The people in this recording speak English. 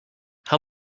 how